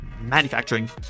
manufacturing